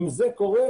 אם זה קורה,